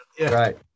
Right